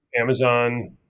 Amazon